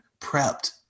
prepped